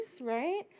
right